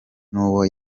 n’uwo